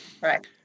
Right